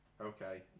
Okay